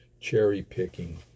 cherry-picking